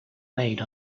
made